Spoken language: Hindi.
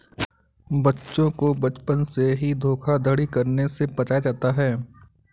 बच्चों को बचपन से ही धोखाधड़ी करने से बचाया जाता है